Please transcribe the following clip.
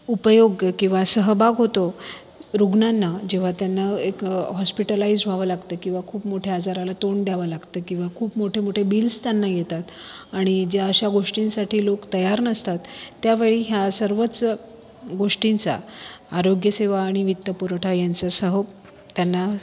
उपयोग किंवा सहभाग होतो रुग्णांना जेव्हा त्यांना एक हॉस्पिटलाइज व्हावं लागतं किंवा खूप मोठ्या आजाराला तोंड द्यावं लागते किंवा खूप मोठे मोठे बिल्स त्यांना येतात आणि ज्या अशा गोष्टींसाठी लोक तयार नसतात त्यामुळे या सर्वच गोष्टींचा आरोग्यसेवा आणि वित्तपुरवठा यांच सहुप त्यांना